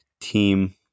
team